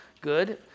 Good